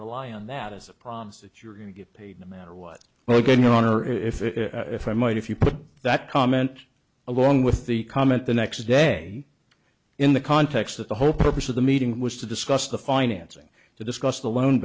rely on that as a promise that you're going to get paid no matter what we're going on or if i might if you put that comment along with the comment the next day in the context that the whole purpose of the meeting was to discuss the financing to discuss the loan